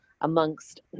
amongst